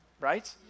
right